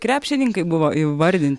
krepšininkai buvo įvardinti